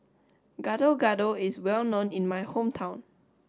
Gado Gado is well known in my hometown